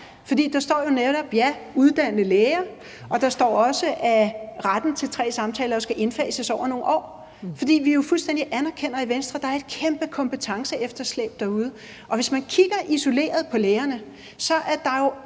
der står jo netop, at lægerne skal uddannes i det, og der står også, at retten til tre samtaler skal indfases over nogle år. For vi anerkender jo fuldstændig i Venstre, at der er et kæmpe kompetenceefterslæb derude. Og hvis man kigger isoleret på det med lægerne, er der jo